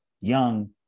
young